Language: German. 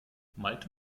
malte